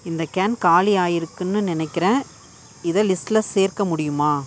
இந்த கேன் காலி ஆயிருக்குன்னு நினைக்கிறேன் இதை லிஸ்டில் சேர்க்க முடியுமா